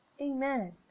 Amen